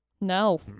No